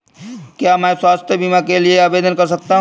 क्या मैं स्वास्थ्य बीमा के लिए आवेदन कर सकता हूँ?